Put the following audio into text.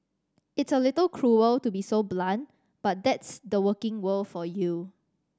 it's a little cruel to be so blunt but that's the working world for you